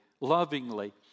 lovingly